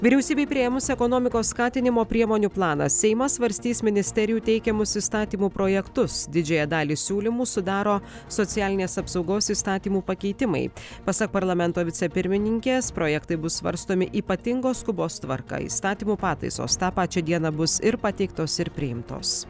vyriausybei priėmus ekonomikos skatinimo priemonių planą seimas svarstys ministerijų teikiamus įstatymų projektus didžiąją dalį siūlymų sudaro socialinės apsaugos įstatymų pakeitimai pasak parlamento vicepirmininkės projektai bus svarstomi ypatingos skubos tvarka įstatymų pataisos tą pačią dieną bus ir pateiktos ir priimtos